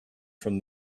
from